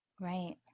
Right